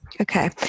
Okay